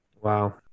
Wow